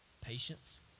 patience